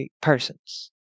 persons